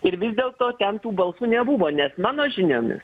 ir vis dėlto ten tų balsų nebuvo nes mano žiniomis